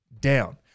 down